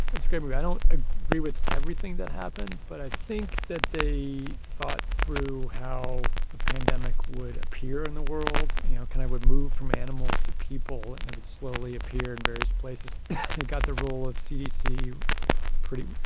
it's a great movie. i don't ah agree with everything that happened, but i think that the thought through how a pandemic would appear in the world you know and i would move from animals to people and i would slowly appear in various places i got the role of cdc pretty